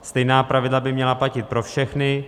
Stejná pravidla by měla platit pro všechny.